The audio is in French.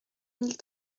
mille